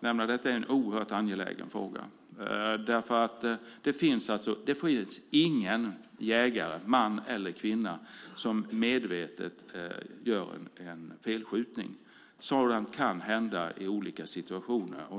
en oerhört angelägen fråga. Det finns ingen jägare, man eller kvinna, som medvetet gör en felskjutning, men sådant kan hända i olika situationer.